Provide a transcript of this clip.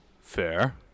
Fair